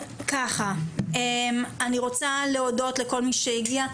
אני רוצה להודות לכל מי שהגיע,